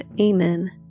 Amen